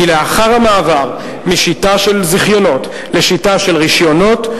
כי לאחר המעבר משיטה של זיכיונות לשיטה של רשיונות,